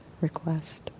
request